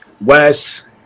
Wes